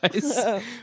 guys